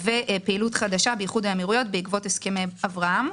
ופעילות חדשה באיחוד האמירויות בעקבות הסכמי אברהם.